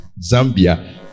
zambia